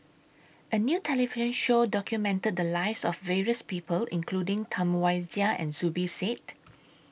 A New television Show documented The Lives of various People including Tam Wai Jia and Zubir Said